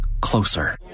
closer